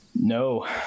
No